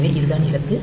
எனவே இதுதான் இலக்கு